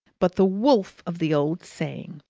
but the wolf of the old saying.